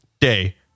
Day